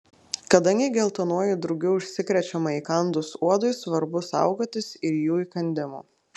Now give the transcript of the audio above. kadangi geltonuoju drugiu užsikrečiama įkandus uodui svarbu saugotis ir jų įkandimų